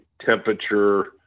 temperature